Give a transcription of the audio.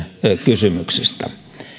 kysymyksistä